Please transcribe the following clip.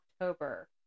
October